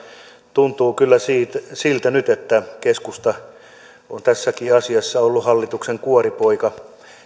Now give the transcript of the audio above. tuntuu kyllä siltä että keskusta on tässäkin asiassa ollut hallituksen kuoripoika